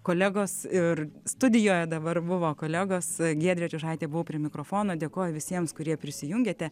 kolegos ir studijoje dabar buvo kolegos giedrė čiužaitė buvau prie mikrofono dėkojo visiems kurie prisijungėte